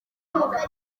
akazi